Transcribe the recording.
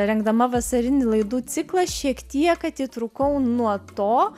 rengdama vasarinį laidų ciklą šiek tiek atitrūkau nuo to